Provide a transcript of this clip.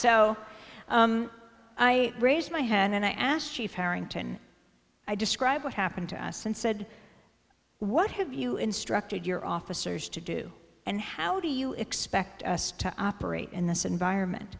so i raised my hand and i asked chief harrington i describe what happened to us and said what have you instructed your officers to do and how do you expect us to operate in this environment